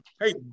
Hey